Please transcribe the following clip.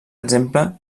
exemple